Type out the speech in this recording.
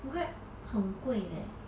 Grab 很贵 leh